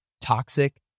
toxic